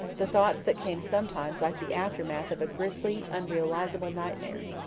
the thoughts that came sometimes like the aftermath of a grisly, unrealisable nightmare.